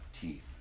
teeth